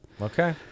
Okay